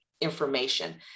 information